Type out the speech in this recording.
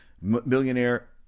millionaire